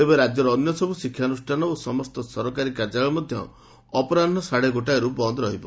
ତେବେ ରାକ୍ୟର ଅନ୍ୟସବୁ ଶିକ୍ଷାନୁଷ୍ଠାନ ଓ ସମସ୍ତ ସରକାରୀ କାର୍ଯ୍ୟାଳୟ ମଧ୍ଧ ଅପରାହ୍ ସାଢ଼େ ଗୋଟାଏରୁ ବନ୍ଦ ରହିବ